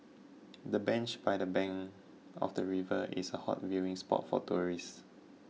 the bench by the bank of the river is a hot viewing spot for tourists